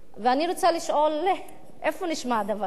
אני רוצה לשאול: איפה נשמע דבר כזה?